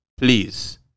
Please